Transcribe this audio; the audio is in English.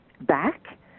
back